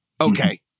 okay